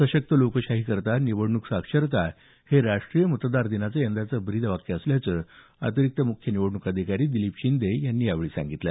सशक्त लोकशाहीकरिता निवडणूक साक्षरता हे राष्ट्रीय मतदार दिनाचं यंदाचं ब्रीद असल्याचं अतिरिक्त मुख्य निवडणूक अधिकारी दिलीप शिंदे यांनी यावेळी सांगितलं